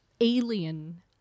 alien